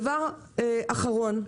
דבר אחרון,